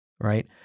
right